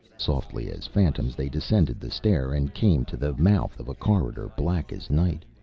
softly as phantoms they descended the stair and came to the mouth of a corridor black as night.